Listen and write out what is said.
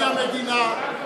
חבר הכנסת כץ, נשיא המדינה.